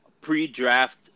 pre-draft